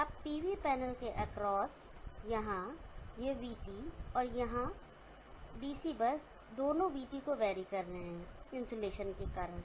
अब PV panel के across यह vT और यहाँ DC बस दोनों vT को वेरी कर रहे हैं इन्सुलेशन के कारण